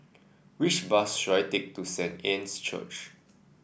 which bus should I take to Saint Anne's Church